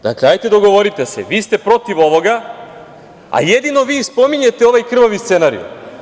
Dakle, dogovorite se, vi ste protiv ovoga, a jedino vi i spominjete ovaj krvavi scenarijo.